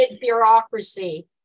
bureaucracy